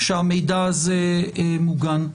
שהמידע הזה מוגן.